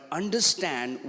understand